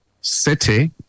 city